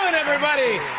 everybody!